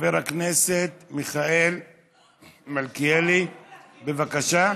חבר הכנסת מיכאל מלכיאלי, בבקשה.